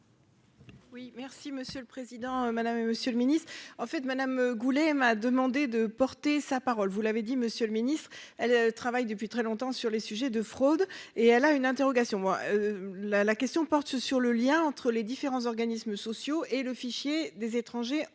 Oui, merci Monsieur le Président Madame Monsieur le Ministre, en fait Madame Goulet et m'a demandé de porter sa parole, vous l'avez dit, monsieur le Ministre, elle travaille depuis très longtemps sur les sujets de fraude et elle a une interrogation, moi la la question porte sur le lien entre les différents organismes sociaux et le fichier des étrangers en